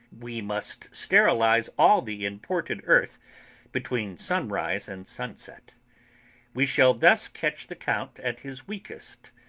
we must sterilise all the imported earth between sunrise and sunset we shall thus catch the count at his weakest,